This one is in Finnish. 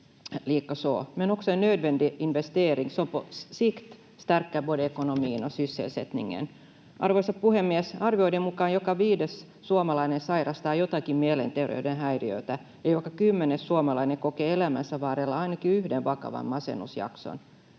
Arvoisa puhemies! Arvioiden mukaan joka viides suomalainen sairastaa jotakin mielenterveyden häiriötä ja joka kymmenes suomalainen kokee elämänsä varrella ainakin yhden vakavan masennusjakson.